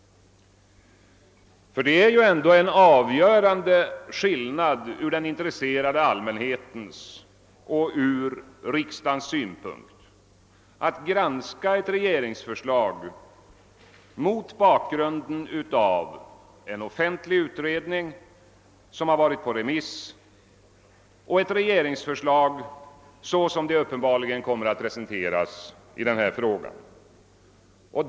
Det är ju ändå en avgörande skillnad från den intresserade allmänhetens och från riksdagens synpunkt mellan att granska ett regeringsförslag mot bak grund av en offentlig utredning, som har varit på remiss, och att pröva ett regeringsförslag såsom det uppenbarligen kommer att presenteras i denna fråga.